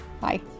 Bye